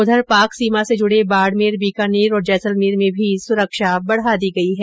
उधर पाक सीमा से जुड़े बाड़मेर बीकानेर और जैसलमेर में भी सुरक्षा बढ़ा दी गई है